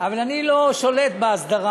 אבל אני לא שולט בהסדרה.